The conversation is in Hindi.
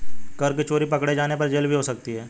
कर की चोरी पकडे़ जाने पर जेल भी हो सकती है